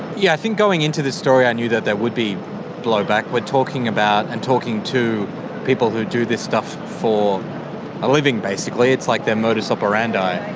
yeah i think going into this story i knew that there would be blowback. we're talking about and talking to people who do this stuff for a living basically, it's like their modus operandi.